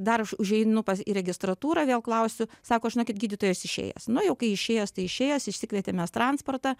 dar aš užeinu į registratūrą vėl klausiu sako žinokit gydytojas išėjęs nu jau kai išėjęs tai išėjęs išsikvietėm mes transportą